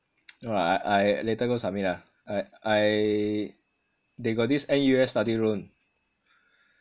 no lah I I later go submit ah I I they got this N_U_S study loan